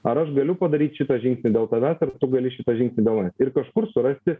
ar aš galiu padaryt šitą žingsnį dėl taves ar tu gali šitą žingsnį dėl manęs ir kažkur surasti